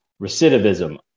recidivism